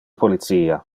policia